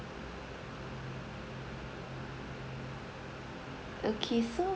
okay so